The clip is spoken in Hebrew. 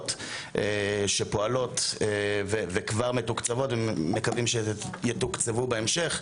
שפועלות וכבר מתוקצבות ומקווים שיתוקצבו בהמשך,